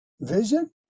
vision